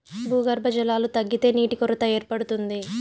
భూగర్భ జలాలు తగ్గితే నీటి కొరత ఏర్పడుతుంది